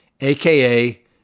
aka